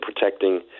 protecting